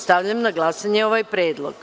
Stavljam na glasanje ovaj predlog.